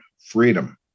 freedom